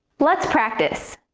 let's practice!